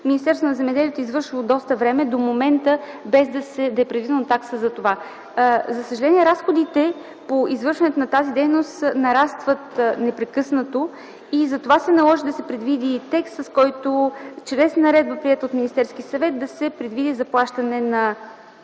Министерството на земеделието и храните извършва от доста време без до момента да е предвидена такса за това. За съжаление разходите по извършването на тази дейност нарастват непрекъснато. Наложи се да се предвиди текст, според който чрез наредба, приета от Министерския съвет, да се предвиди заплащане на